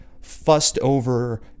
fussed-over